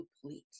complete